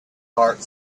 heart